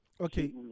Okay